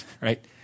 Right